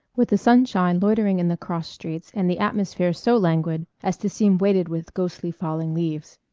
with the sunshine loitering in the cross-streets and the atmosphere so languid as to seem weighted with ghostly falling leaves.